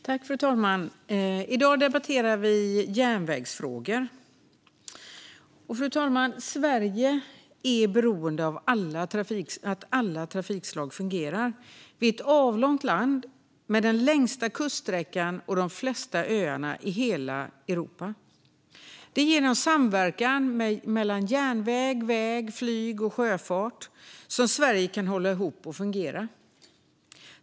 Fru talman! I dag debatterar vi järnvägsfrågor. Sverige är beroende av att alla trafikslag funderar. Det är ett avlångt land med den längsta kuststräckan och flest öar i hela Europa. Det är genom samverkan mellan järnväg, väg, flyg och sjöfart som Sverige kan hålla ihop och fungera.